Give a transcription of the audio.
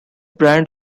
brand